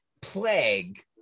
Plague